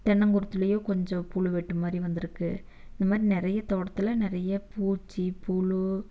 தென்னங்குருத்துலேயும் கொஞ்சம் புழுவெட்டு மாதிரி வந்திருக்கு இந்த மாதிரி நிறைய தோட்டத்தில் நிறைய பூச்சி புழு